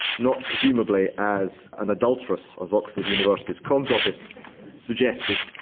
not presumably as an adulteress, as oxford university's coms office suggested.